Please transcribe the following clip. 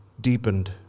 deepened